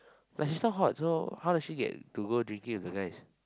but she's not hot so how does she get to go drinking with the guys